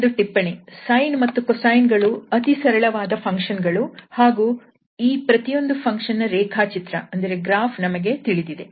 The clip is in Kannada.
ಒಂದು ಟಿಪ್ಪಣಿ sine ಹಾಗೂ cosine ಗಳು ಅತಿ ಸರಳವಾದ ಫಂಕ್ಷನ್ ಗಳು ಹಾಗೂ ಈ ಪ್ರತಿಯೊಂದು ಫಂಕ್ಷನ್ ನ ರೇಖಾಚಿತ್ರ ನಮಗೆ ತಿಳಿದಿದೆ